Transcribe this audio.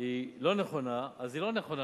היא לא נכונה אז היא לא נכונה,